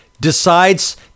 decides